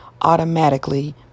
automatically